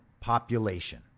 population